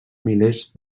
milers